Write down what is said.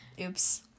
oops